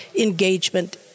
engagement